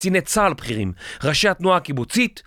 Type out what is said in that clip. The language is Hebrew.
קציני צה"ל בכירים, ראשי התנועה הקיבוצית